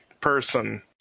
person